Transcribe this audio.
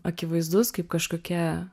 akivaizdus kaip kažkokia